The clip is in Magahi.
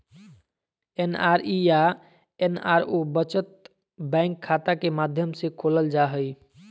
एन.आर.ई या एन.आर.ओ बचत बैंक खाता के माध्यम से खोलल जा हइ